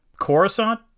Coruscant